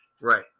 Right